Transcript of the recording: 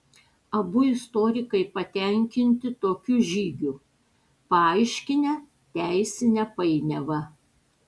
abu istorikai patenkinti tokiu žygiu paaiškinę teisinę painiavą